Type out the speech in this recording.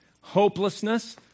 Hopelessness